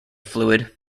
fluid